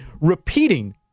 repeating